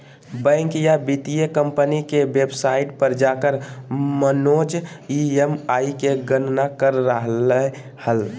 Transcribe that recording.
bank या वित्तीय company के वेबसाइट पर जाकर मनोज ई.एम.आई के गणना कर रहलय हल